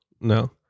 no